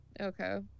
Okay